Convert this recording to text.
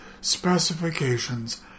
specifications